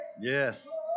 Yes